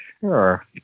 sure